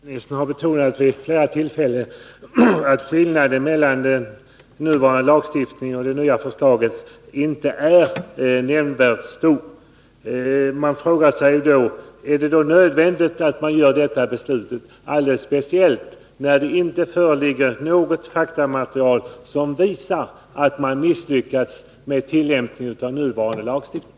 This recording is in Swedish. Herr talman! Finansministern har vid flera tillfällen betonat att skillnaden mellan den nuvarande skatteflyktslagstiftningen och den nu föreslagna inte är nämnvärt stor. Jag frågar mig därför om det är nödvändigt att införa en ny lag, alldeles speciellt som det inte föreligger något faktamaterial som visar att man har misslyckats i tillämpningen av den nuvarande lagen.